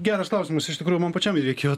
geras klausimas iš tikrųjų man pačiam jį reikėjo